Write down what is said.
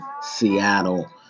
Seattle